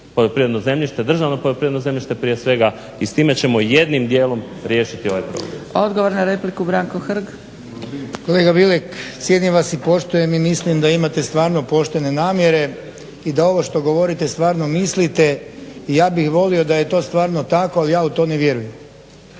poljoprivredno zemljište, državno poljoprivredno zemljište prije svega i s time ćemo jednim dijelom riješiti ovaj problem. **Zgrebec, Dragica (SDP)** Odgovor na repliku Branko Hrg. **Hrg, Branko (HSS)** Kolega Bilek, cijenim vas i poštujem i mislim da imate stvarno poštene namjere i da ovo što govorite stvarno mislite i ja bih volio da je to stvarno tako, ali ja u to ne vjerujem.